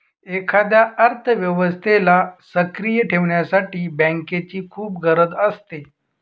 एखाद्या अर्थव्यवस्थेला सक्रिय ठेवण्यासाठी बँकेची खूप गरज असते